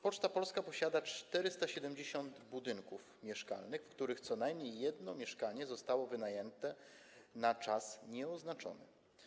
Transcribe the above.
Poczta Polska posiada 470 budynków mieszkalnych, w których co najmniej jedno mieszkanie zostało wynajęte na czas nieoznaczony.